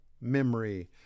memory